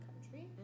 country